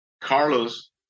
Carlos